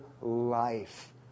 life